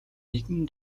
нэгэн